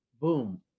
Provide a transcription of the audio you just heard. boom